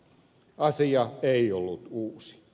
asia ei ollut uusi